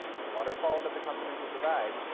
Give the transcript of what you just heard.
when waterfalls at the continental divide,